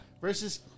versus